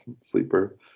sleeper